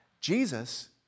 Jesus